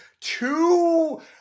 two